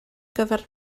gyfer